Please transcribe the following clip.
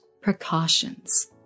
precautions